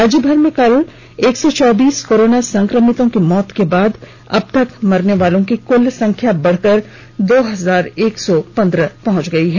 राज्यभर में कल एक सौ चौबीस कोरोना संक्रमितों की मौत के बाद अब तक मरने वालों की कुल संख्या बढ़कर दो हजार एक सौ पंद्रह पहुंच गई है